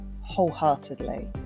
wholeheartedly